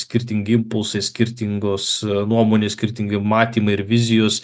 skirtingi impulsai skirtingos nuomonės skirtingi matymai ir vizijos